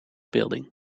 building